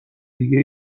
دیگه